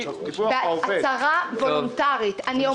אבל